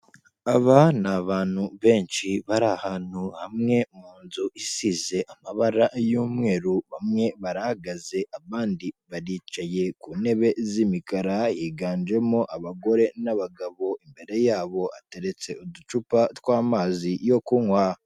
Aba ni abantu benshi bari ahantu hamwe mu nzu isize amabara y'umweru bamwe barahagaze abandi baricaye ku ntebe z'imikara higanjemo abagore n'abagabo imbere yabo hateretse uducupa tw'amazi yo kunywa.